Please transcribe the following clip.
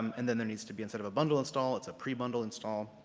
and then there needs to be, instead of a bundle install, it's a prebundle install.